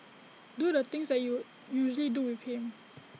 do the things that you usually do with him